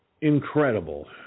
incredible